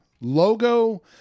Logo